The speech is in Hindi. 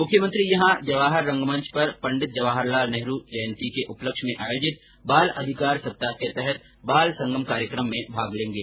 मुख्यमंत्री यहां जवाहर रंगमंच पर पंडित जवाहरलाल नेहरु जयंती के उपलक्ष्य में आयोजित बाल अधिकार सप्ताह के तहत बाल संगम कार्यक्रम में भाग लेंगें